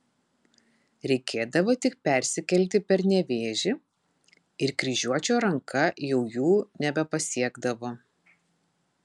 reikėdavo tik persikelti per nevėžį ir kryžiuočio ranka jau jų nebepasiekdavo